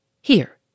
Here